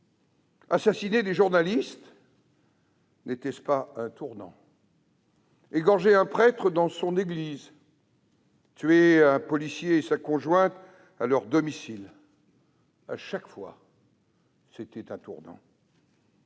Assassiner des journalistes, n'était-ce pas un tournant ? Et égorger un prêtre dans son église ? Tuer un policier et sa conjointe à leur domicile ? À chaque fois, c'était un tournant.